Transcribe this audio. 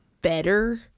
better